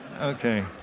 Okay